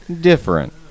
different